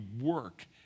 work